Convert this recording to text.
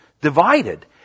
divided